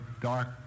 dark